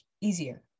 easier